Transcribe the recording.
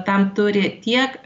tam turi tiek